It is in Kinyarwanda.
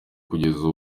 kugeza